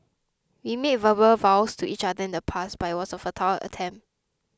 we made verbal vows to each other in the past but it was a futile attempt